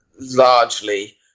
largely